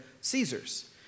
Caesar's